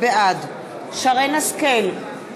בעד שרן השכל,